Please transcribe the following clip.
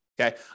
Okay